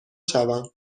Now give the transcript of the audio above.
شوم